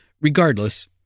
Regardless